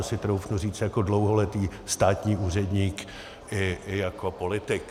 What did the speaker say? To si troufnu říct jako dlouholetý státní úředník i jako politik.